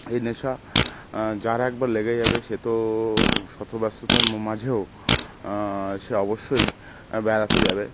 এই নেশা যার একবার লেগে যাবে সে তো সত ব্যস্ততার মা মাঝেও সে অবশ্যই বেড়াতে যাবে